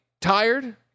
Tired